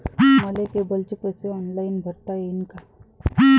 मले केबलचे पैसे ऑनलाईन भरता येईन का?